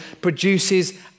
produces